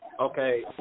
Okay